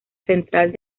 central